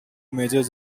major